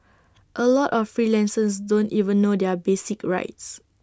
A lot of freelancers don't even know their basic rights